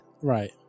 Right